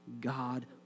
God